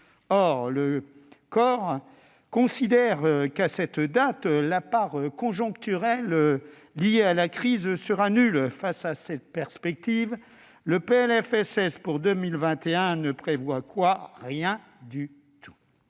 Or le COR considère qu'à cette date la part conjoncturelle liée à la crise sera nulle. Face à ces perspectives, le PLFSS pour 2021 ne prévoit, disons-le, rien du tout.